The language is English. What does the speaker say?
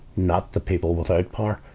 not the people without power,